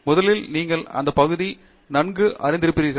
முதலில் நீங்கள் அந்தப் பகுதியை நன்கு அறிந்திருப்பீர்கள்